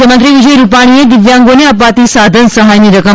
મુખ્યમંત્રી વિજય રૂપાણીએ દિવ્યાંગોને અપાતી સાધન સહાયની રકમ